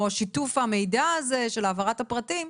או שיתוף המידע הזה של העברת הפרטים,